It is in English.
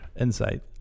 insight